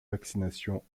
vaccination